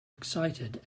excited